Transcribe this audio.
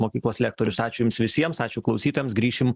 mokyklos lektorius ačiū jums visiems ačiū klausytojams grįšim